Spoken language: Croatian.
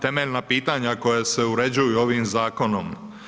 Temeljna pitanja koja se uređuju ovim zakonom.